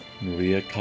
Maria